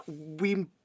we-